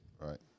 right